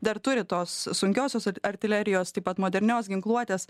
dar turi tos sunkiosios artilerijos taip pat modernios ginkluotės